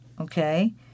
Okay